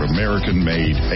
American-made